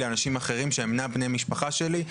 לאנשים אחרים שהם אינם בני משפחה שלי?